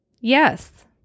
Yes